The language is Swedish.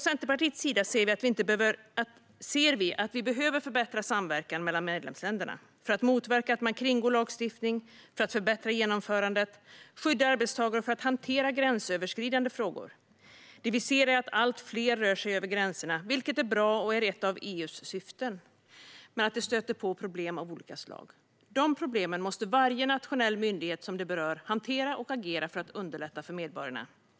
Centerpartiet ser att vi behöver förbättra samverkan mellan medlemsländerna, för att motverka att man kringgår lagstiftning, för att förbättra genomförandet, för att skydda arbetstagare och för att hantera gränsöverskridande frågor. Vi ser att allt fler rör sig över gränserna, vilket är bra och ett av EU:s syften. Men det leder till problem av olika slag. De problemen måste varje nationell myndighet hantera och agera på för att underlätta för medborgarna.